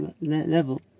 level